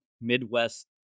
Midwest